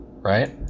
right